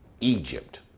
egypt